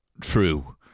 true